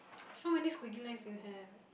how many squiggly lines do you have